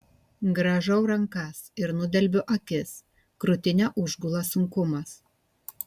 grąžau rankas ir nudelbiu akis krūtinę užgula sunkumas